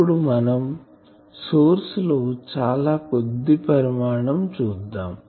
ఇప్పుడు మనం సోర్స్ లో చాలా కొద్దీ పరిమాణం చూద్దాం